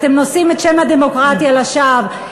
אתם נושאים את שם הדמוקרטיה לשווא,